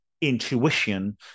intuition